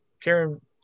Karen